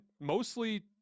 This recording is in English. mostly